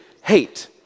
hate